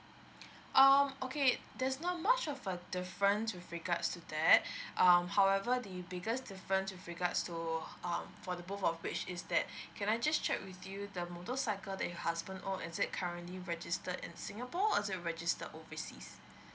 um okay there's not much of a difference with regards to that um however the biggest difference with regards so um for the both of it is that can I just check with you the motorcycle that your husband own is it currently registered at singapore or is it registered oerseas